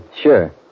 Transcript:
Sure